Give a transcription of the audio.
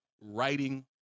writing